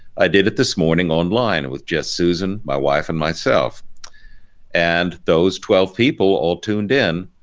i did it this morning online with just susan, my wife, and myself and those twelve people all tuned in,